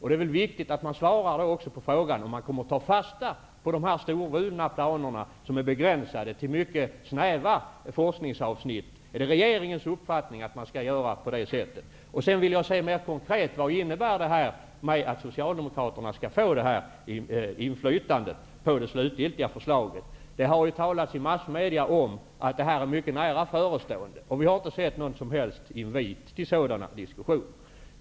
Det är viktigt att regeringen svarar på frågan om man kommer att ta fasta på dessa storvulna planer, som är begränsade till mycket snäva forskningsavsnitt. Jag vill också mer konkret fråga vad talet om att Socialdemokraterna skall få inflytande på det slutgiltiga förslaget går ut på. Det har i massmedia talats om att detta är mycket nära förestående, men vi har inte sett någon som helst invit till diskussioner om detta.